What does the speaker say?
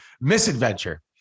misadventure